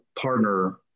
partner